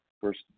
first